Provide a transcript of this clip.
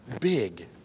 big